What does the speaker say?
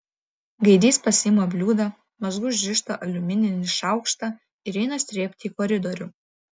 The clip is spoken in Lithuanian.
gaidys pasiima bliūdą mazgu užrištą aliumininį šaukštą ir eina srėbti į koridorių